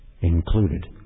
included